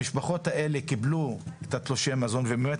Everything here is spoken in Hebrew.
המשפחות האלה קיבלו את תלושי המזון ובאמת